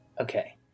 Okay